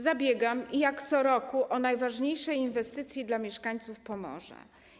Zabiegam, jak co roku, o najważniejsze inwestycje dla mieszkańców Pomorza.